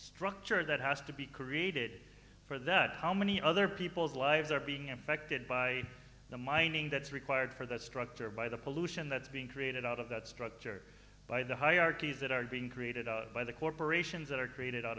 structure that has to be created for that how many other people's lives are being affected by the mining that's required for that structure by the pollution that's being created out of that structure by the hierarchies that are being created by the corporations that are created out